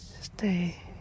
Stay